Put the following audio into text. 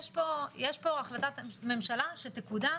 יש פה החלטת ממשלה שתקודם,